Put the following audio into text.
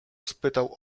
spytał